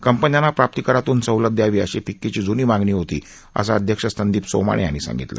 कंपन्यांना प्राप्तीकरातून सवलत द्यावी अशी फिक्कीची जूनी मागणी होती असं अध्यक्ष संदीप सोमाणी यांनी सांगितलं